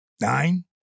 Nine